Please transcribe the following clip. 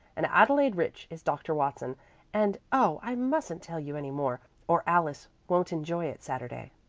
and adelaide rich is dr. watson and oh, i mustn't tell you any more, or alice won't enjoy it saturday.